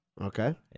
Okay